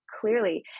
clearly